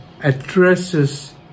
addresses